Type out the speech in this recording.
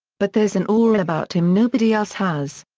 but there's an aura about him nobody else has.